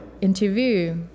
interview